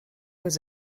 was